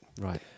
Right